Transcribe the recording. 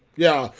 yeah,